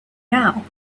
now